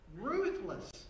Ruthless